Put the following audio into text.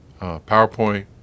PowerPoint